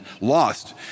lost